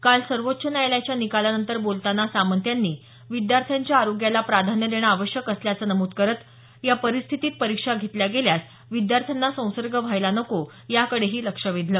काल सर्वोच्च न्यायालयाच्या निकालानंतर बोलताना सामंत यांनी विद्याथ्यांच्या आरोग्याला प्राधान्य देणं आवश्यक असल्याचं नमूद करत या परिस्थितीत परीक्षा घेतल्या गेल्यास विद्यार्थ्यांना संसर्ग व्हायला नको याकडेही लक्ष वेधलं